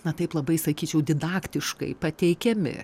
na taip labai sakyčiau didaktiškai pateikiami